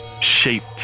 shaped